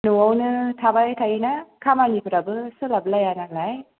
न'आवनो थाबाय थायोना खामानिफ्राबो सोलाब लाया नालाय